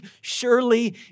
surely